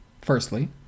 firstly